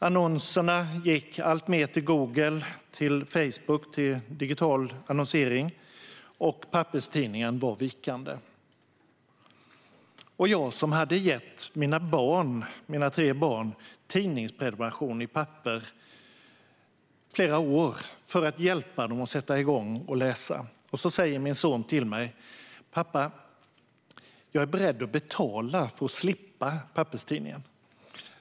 Annonserna gick alltmer till Google och Facebook, till digital annonsering. Papperstidningen var vikande, och jag som i flera år hade gett mina tre barn tidningsprenumerationer i pappersform för att hjälpa dem att komma igång med att läsa. Min son säger då till mig: Pappa, jag är beredd att betala för att slippa papperstidningen.